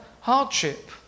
hardship